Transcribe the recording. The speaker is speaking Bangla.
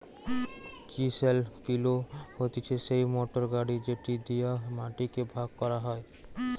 চিসেল পিলও হতিছে সেই মোটর গাড়ি যেটি দিয়া মাটি কে ভাগ করা হয়